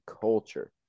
culture